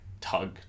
tug